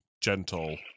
gentle